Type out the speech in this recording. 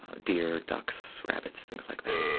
deer, ducks, rabbits, things like that.